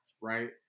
Right